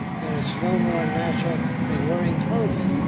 and it's no more natural than wearing clothing.